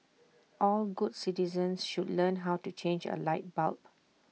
all good citizens should learn how to change A light bulb